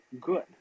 good